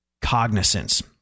cognizance